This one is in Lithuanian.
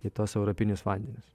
į tuos europinius vandenis